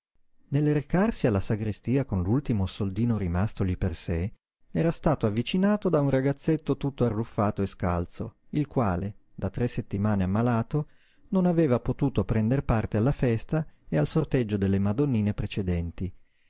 nel recarsi alla sagrestia con l'ultimo soldino rimastogli per sé era stato avvicinato da un ragazzetto tutto arruffato e scalzo il quale da tre settimane ammalato non aveva potuto prender parte alla festa e al sorteggio delle madonnine precedenti